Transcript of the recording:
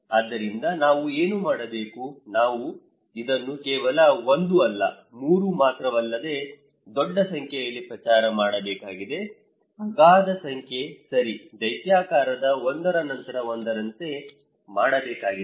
ಆದ್ದರಿಂದ ನಾವು ಏನು ಮಾಡಬೇಕು ನಾವು ಇದನ್ನು ಕೇವಲ 1 ಅಲ್ಲ 3 ಮಾತ್ರವಲ್ಲದೆ ದೊಡ್ಡ ಸಂಖ್ಯೆಯಲ್ಲಿ ಪ್ರಚಾರ ಮಾಡಬೇಕಾಗಿದೆ ಅಗಾಧ ಸಂಖ್ಯೆ ಸರಿ ದೈತ್ಯಾಕಾರದ ಒಂದರ ನಂತರ ಒಂದರಂತೆ ಮಾಡಬೇಕಾಗಿದೆ